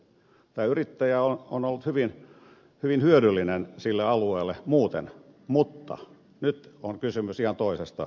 tämä yrittäjä on ollut hyvin hyödyllinen sille alueelle muuten mutta nyt on kysymys ihan toisesta asiasta